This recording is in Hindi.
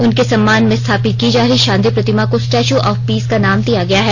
उनके सम्मान में स्थापित की जा रही शांति प्रतिमा को स्टेचू ऑफ पीस का नाम दिया गया है